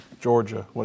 Georgia